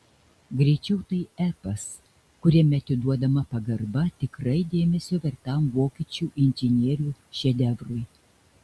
greičiau tai epas kuriame atiduodama pagarba tikrai dėmesio vertam vokiečių inžinierių šedevrui